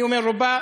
אני אומר רובה,